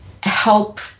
help